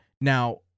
Now